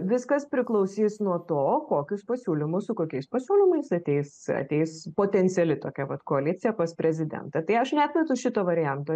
viskas priklausys nuo to kokius pasiūlymus su kokiais pasiūlymais ateis ateis potenciali tokia vat koalicija pas prezidentą tai aš neatmetu šito varianto